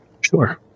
Sure